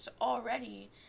already